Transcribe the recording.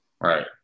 Right